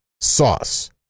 sauce